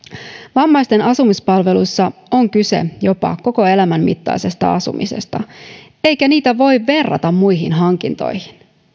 vammaisten asumispalveluissa on kyse jopa koko elämän mittaisesta asumisesta eikä niitä voi verrata muihin hankintoihin